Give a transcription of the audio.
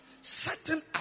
certain